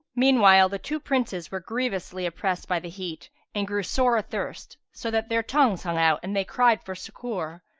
meanwhile the two princes were grievously oppressed by the heat and grew sore athirst, so that their tongues hung out and they cried for succour,